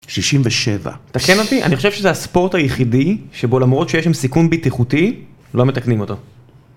67 תקן אותי, אני חושב שזה הספורט היחידי שבו למרות שיש שם סיכון ביטחותי לא מתקנים אותו.